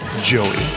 joey